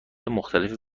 مختلفی